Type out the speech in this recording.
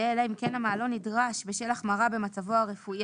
אם כן יש איזה שהיא החמרה במצב הרפואי